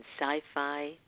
sci-fi